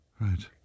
Right